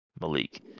Malik